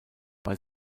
bei